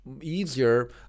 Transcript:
easier